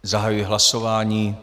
Zahajuji hlasování.